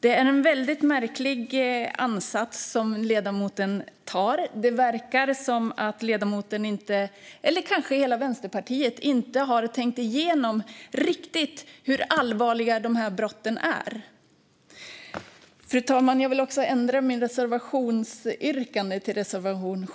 Det är en märklig ansats som ledamoten har. Det verkar som om ledamoten, eller kanske hela Vänsterpartiet, inte riktigt har tänkt igenom hur allvarliga de här brotten är. Fru talman! Jag vill också ändra mitt bifallsyrkande till reservation 7.